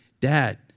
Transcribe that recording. dad